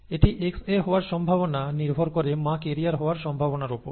এটি Xa হওয়ার সম্ভাবনা নির্ভর করে মা ক্যারিয়ার হওয়ার সম্ভাবনার ওপর